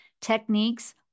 Techniques